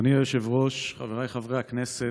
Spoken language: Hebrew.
אדוני היושב-ראש, חבריי חברי הכנסת,